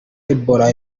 ebola